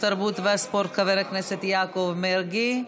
התרבות והספורט חבר הכנסת יעקב מרגי.